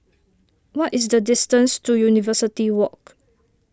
what is the distance to University Walk